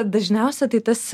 dažniausiai tai tas